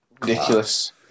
Ridiculous